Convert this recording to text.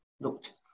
looked